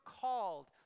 called